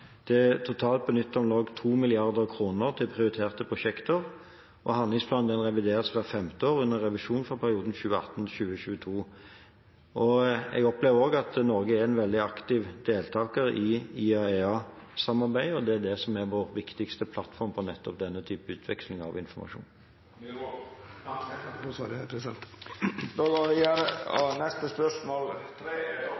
Det er totalt benyttet om lag 2 mrd. kr til prioriterte prosjekter, og handlingsplanen revideres hvert femte år og er under revisjon for perioden 2018–2022. Jeg opplever at Norge er en veldig aktiv deltaker i IAEA-samarbeidet, og det er det som er vår viktigste plattform for nettopp denne typen utveksling av informasjon. Jeg takker for svaret. Dette spørsmålet er trukket. Jeg tillater meg å stille følgende spørsmål til barne- og